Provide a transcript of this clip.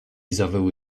zawyły